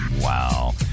Wow